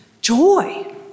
joy